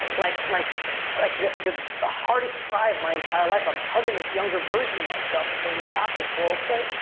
like like like the the hardest cry of my entire life. i'm hugging this younger version of myself and saying, we got this, we're okay.